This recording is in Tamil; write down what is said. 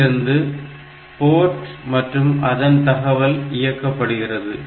இங்கிருந்து போர்ட் மற்றும் அதன் தகவல் இயக்கப்படுகிறது